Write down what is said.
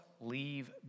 leave